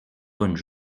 bonnes